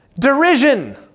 Derision